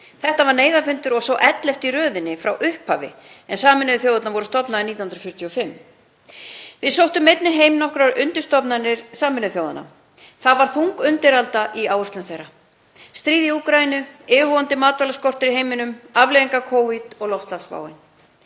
Þetta var neyðarfundur og sá ellefti í röðinni frá upphafi en Sameinuðu þjóðirnar voru stofnaðar 1945. Við sóttum einnig heim nokkrar undirstofnanir Sameinuðu þjóðanna. Það var þung undiralda í áherslum þeirra; stríðið í Úkraínu, yfirvofandi matvælaskortur í heiminum, afleiðingar Covid og loftslagsváin.